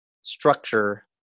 structure